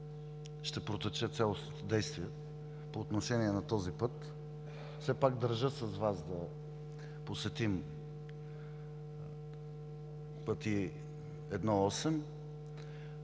ще протече цялостното действие по отношение на този път. Все пак държа да посетим с Вас